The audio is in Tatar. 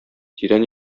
тирән